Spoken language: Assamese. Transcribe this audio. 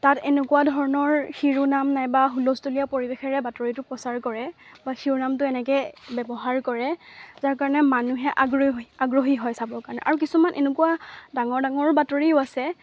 তাত এনেকুৱা ধৰণৰ শিৰোনাম নাইবা হুলস্থুলীয়া পৰিৱেশেৰে বাতৰিটো প্ৰচাৰ কৰে বা শিৰোনামটো এনেকৈ ব্যৱহাৰ কৰে যাৰ কাৰণে মানুহে আগ্ৰহী আগ্ৰহী হয় চাবৰ কাৰণে আৰু কিছুমান এনেকুৱা ডাঙৰ ডাঙৰ বাতৰিও আছে